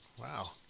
Wow